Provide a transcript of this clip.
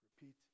repeat